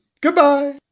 Goodbye